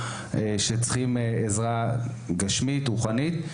שצריכים עזרה גשמית, רוחנית.